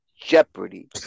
jeopardy